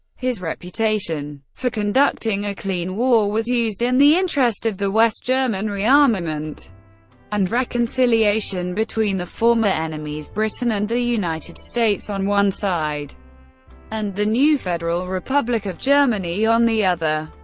his reputation for conducting a clean war was used in the interest of the west german rearmament and reconciliation between the former enemies britain and the united states on one side and the new federal republic of germany on the other.